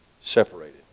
separated